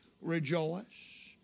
rejoice